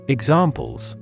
Examples